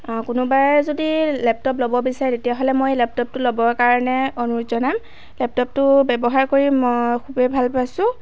কোনোবাই যদি লেপটপ ল'ব বিচাৰে তেতিয়াহ'লে মই এই লেপটপটো ল'বৰ কাৰণে অনুৰোধ জনাম লেপটপটো ব্যৱহাৰ কৰি মই খুবেই ভাল পাইছোঁ